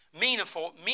meaningful